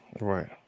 right